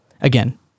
Again